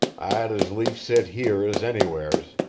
i'd as lief sit here as anywheres.